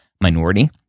minority